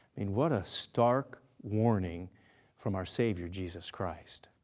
mean what a stark warning from our savior jesus christ.